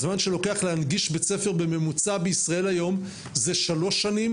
הזמן שלוקח להנגיש בית ספר בממוצע בישראל היום זה שלוש שנים,